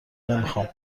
نمیخام